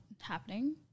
happening